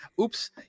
Oops